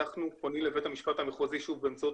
אנחנו פועלים לבית המשפט המחוזי באמצעות